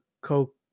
coke